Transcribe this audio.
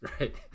right